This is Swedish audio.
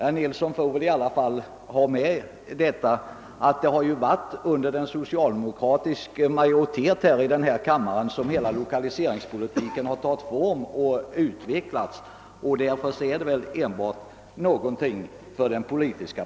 Herr Nilsson får väl ändå tänka på att det har varit med en socialdemokratisk majoritet i denna kammare som hela lokaliseringspolitiken har tagit form och utvecklats.